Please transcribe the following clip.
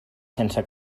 sense